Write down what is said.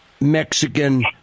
Mexican